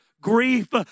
grief